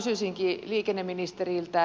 kysyisinkin liikenneministeriltä